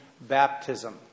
Baptism